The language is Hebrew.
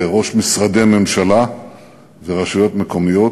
בראש משרדי ממשלה ורשויות מקומיות,